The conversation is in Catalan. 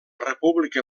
república